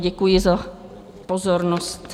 Děkuji za pozornost.